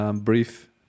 brief